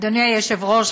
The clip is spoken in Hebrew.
אדוני היושב-ראש,